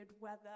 weather